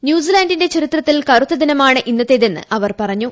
ന്യൂസിലന്റിന്റെ ചരിത്രത്തിലെ കറുത്ത ദിനമാണ് ഇന്നത്തേതെന്ന് അവർ പറഞ്ഞു